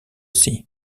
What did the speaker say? sea